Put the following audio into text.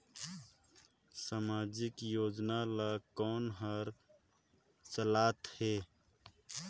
समाजिक योजना ला कोन हर चलाथ हे?